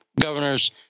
governors